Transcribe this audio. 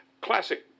Classic